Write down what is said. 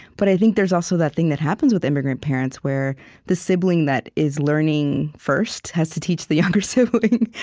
but i think there's also that thing that happens with immigrant parents, where the sibling that is learning first has to teach the younger sibling,